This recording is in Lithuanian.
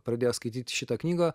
pradėjęs skaityt šitą knygą